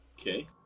okay